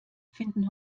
finden